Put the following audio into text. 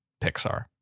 Pixar